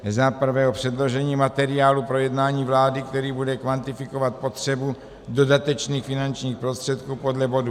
1. o předložení materiálu pro jednání vlády, který bude kvantifikovat potřebu dodatečných finančních prostředků podle bodu